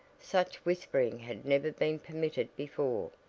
such whispering had never been permitted before,